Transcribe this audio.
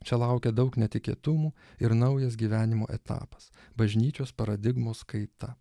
čia laukia daug netikėtumų ir naujas gyvenimo etapas bažnyčios paradigmos kaita